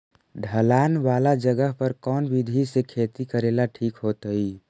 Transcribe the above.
ढलान वाला जगह पर कौन विधी से खेती करेला ठिक होतइ?